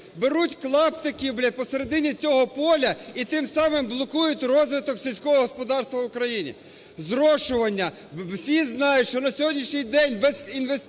беруть клаптики посередині цього поля і тим самим блокують розвиток сільського господарства в Україні. Зрошування. Всі знають, що на сьогоднішній день без інвестицій